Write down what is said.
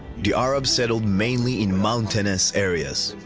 the arabs settled mainly in mountainous areas,